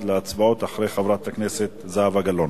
להצבעות אחרי חברת הכנסת זהבה גלאון.